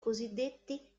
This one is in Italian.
cosiddetti